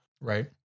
right